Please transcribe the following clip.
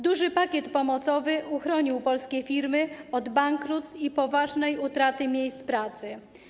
Duży pakiet pomocowy uchronił polskie firmy od bankructw i poważnej utraty miejsc pracy.